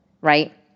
right